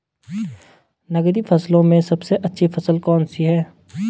नकदी फसलों में सबसे अच्छी फसल कौन सी है?